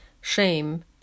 shame